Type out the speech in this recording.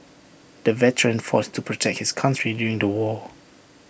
the veteran fought to protect his country during the war